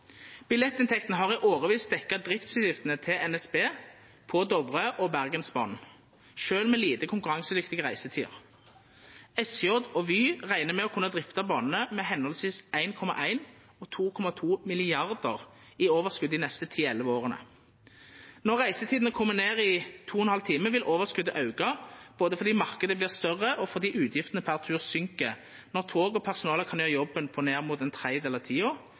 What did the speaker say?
Billettinntektene har i årevis dekka driftsutgiftene til NSB på Dovre- og Bergensbanen, sjølv med lite konkurransedyktige reisetider. SJ og Vy reknar med å kunna drifta banane med høvesvis 1,1 og 2,2 mrd. kr i overskot dei neste ti–elleve åra. Når reisetida kjem ned i to og ein halv time, vil overskotet auka, både fordi marknaden vert større, og fordi utgiftene per tur vert mindre når tog og personalet kan gjera jobben på ned mot ein